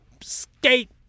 skate